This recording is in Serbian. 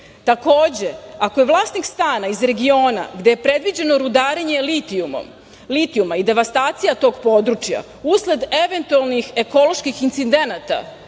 brine. Takođe, ako je vlasnik stana iz regiona gde je predviđeno rudarenje litijuma i devastacija tog područja usled eventualnih ekoloških incidenata